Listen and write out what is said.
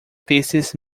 pieces